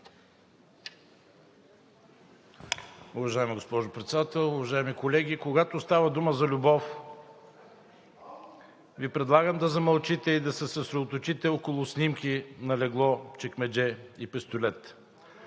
Уважаема госпожо Председател, уважаеми колеги! Когато става дума за любов, Ви предлагам да замълчите и да се съсредоточите около снимки на легло, чекмедже и пистолет.